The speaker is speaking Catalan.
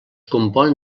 compon